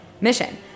Mission